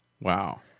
Wow